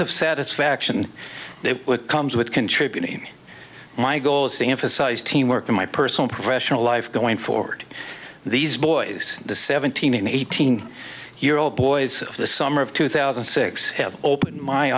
of satisfaction that comes with contributing my goal is to emphasize teamwork in my personal professional life going forward these boys the seventeen and eighteen year old boys of the summer of two thousand and six have opened my